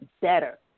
better